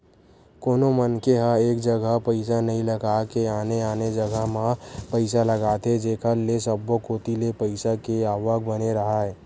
कोनो मनखे ह एक जघा पइसा नइ लगा के आने आने जघा म पइसा लगाथे जेखर ले सब्बो कोती ले पइसा के आवक बने राहय